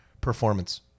performance